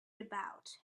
about